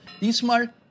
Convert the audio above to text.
Diesmal